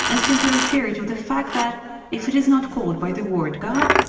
and simply refer to the fact that if it is not called by the word god,